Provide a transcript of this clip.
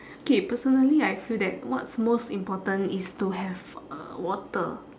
okay personally I feel that what's most important is to have uh water